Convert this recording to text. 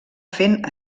fent